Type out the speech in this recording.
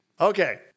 Okay